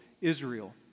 Israel